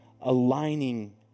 aligning